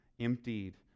emptied